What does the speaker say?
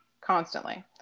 constantly